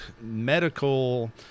medical